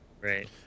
Right